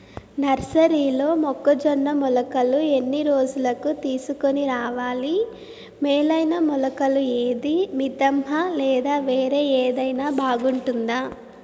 నర్సరీలో మొక్కజొన్న మొలకలు ఎన్ని రోజులకు తీసుకొని రావాలి మేలైన మొలకలు ఏదీ? మితంహ లేదా వేరే ఏదైనా బాగుంటుందా?